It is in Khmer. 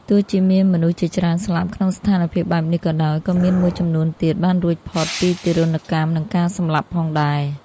ទោះជាមានមនុស្សជាច្រើនស្លាប់ ក្នុងស្ថានភាពបែបនេះក៏ដោយ ក៏មានមួយចំនួនទៀតបានរួចផុតពីទារុណកម្មនិងការសម្លាប់ផងដែរ។